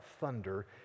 thunder